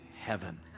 heaven